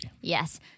Yes